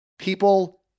people